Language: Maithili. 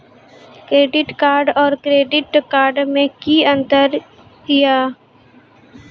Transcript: डेबिट कार्ड और क्रेडिट कार्ड मे कि अंतर या?